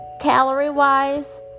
calorie-wise